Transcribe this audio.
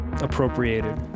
appropriated